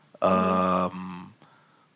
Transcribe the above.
um